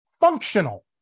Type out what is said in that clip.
functional